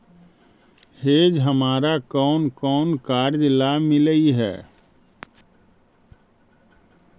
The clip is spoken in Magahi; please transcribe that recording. हेज हमारा कौन कौन कार्यों ला मिलई हे